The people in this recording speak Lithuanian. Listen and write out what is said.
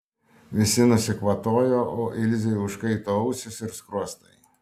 visi nusikvatojo o ilzei užkaito ausys ir skruostai